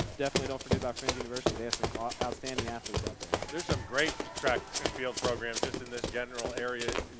definitely don't forget about friends university. they have some ah outstanding athletes out there. there's some great track and field programs just in this general area.